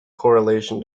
correlation